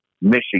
Michigan